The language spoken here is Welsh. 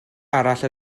arall